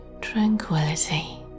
tranquility